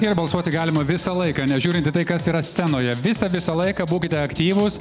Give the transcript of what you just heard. ir balsuoti galima visą laiką nežiūrint į tai kas yra scenoje visą visą laiką būkite aktyvūs